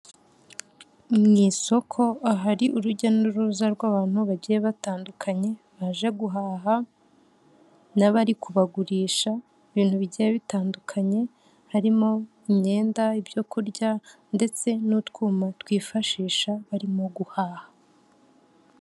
Mu isoko ahari urujya n'uruza rw'abantu bagiye batandukanye baje guhaha n'abari kubagurisha ibintu bigiye bitandukanye, harimo imyenda ibyo kurya ndetse n'utwumo bifashisha barimo guhaha.